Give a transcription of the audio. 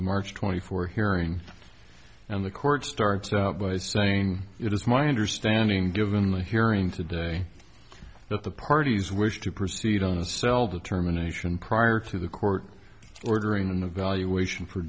the march twenty four hearing and the court starts out by saying it is my understanding given in the hearing today that the parties wish to proceed on a cell determination prior to the court ordering an evaluation